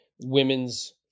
women's